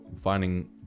finding